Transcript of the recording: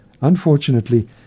Unfortunately